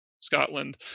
Scotland